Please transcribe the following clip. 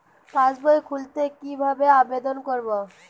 পাসবই খুলতে কি ভাবে আবেদন করব?